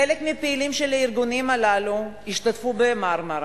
חלק מהפעילים של הארגונים הללו השתתפו ב"מרמרה".